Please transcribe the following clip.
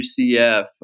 UCF